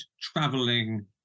traveling